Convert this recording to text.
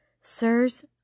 Sirs